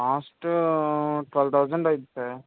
cost twelve thousand అవుద్ది sir